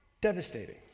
devastating